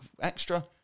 extra